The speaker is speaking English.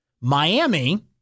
Miami